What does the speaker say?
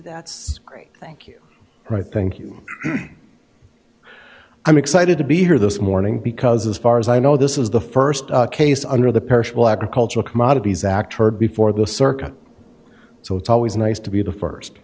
it's great thank you right thank you i'm excited to be here this morning because as far as i know this is the st case under the perishable agricultural commodities act heard before the circuit so it's always nice to be the